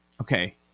Okay